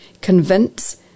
Convince